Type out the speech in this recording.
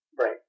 Right